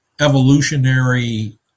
evolutionary